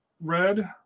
red